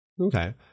Okay